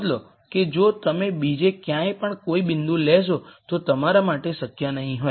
નોંધ લો કે જો તમે બીજે ક્યાંય પણ કોઈ બિંદુ લેશો તો તમારા માટે શક્ય નહીં હોય